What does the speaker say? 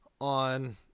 on